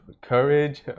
courage